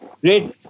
great